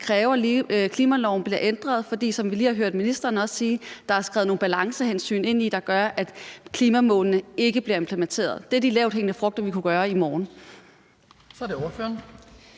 kræve, at klimaloven bliver ændret? For som vi også lige har hørt ministeren sige, er der skrevet nogle balancehensyn ind i den, der gør, at klimamålene ikke bliver implementeret. Der er nogle lavthængende frugter, vi kunne plukke i morgen.